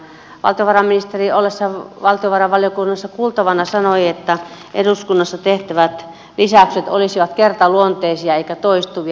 valtiovarainministeri ollessaan valtiovarainvaliokunnassa kuultavana sanoi että eduskunnassa tehtävät lisäykset olisivat kertaluonteisia eivätkä toistuvia